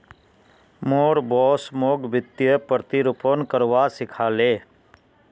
मोर बॉस मोक वित्तीय प्रतिरूपण करवा सिखा ले